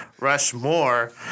Rushmore